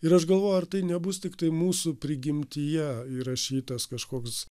ir aš galvoju ar tai nebus tiktai mūsų prigimtyje įrašytas kažkoks